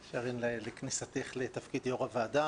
שרן, לכניסתך לתפקיד יו"ר הוועדה.